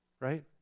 right